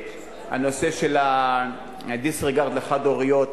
הנושא של ה-disregard לחד-הוריות